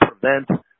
prevent